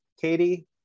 Katie